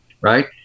right